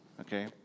okay